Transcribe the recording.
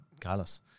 Carlos